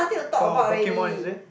for Pokemon is it